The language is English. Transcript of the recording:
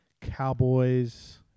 Cowboys